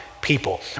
people